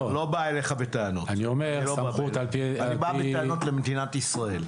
לא בא אליך בטענות, אני בא בטענות למדינת ישראל.